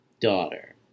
Daughter